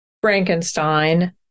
Frankenstein